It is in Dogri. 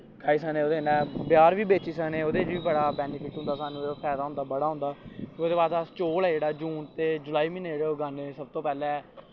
खाही सकने बज़ैर बी बेची सकने ओह्दै च बी बड़ा बैनिफिट होंदा सानूं फैदा होंदा बड़ा होंदा ओह्दै बाद अस चोल ऐ जेह्ड़ा जून ते जुलाई म्हीनैं उगाने सब तो पैह्लै